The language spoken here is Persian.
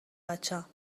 بچم